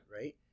right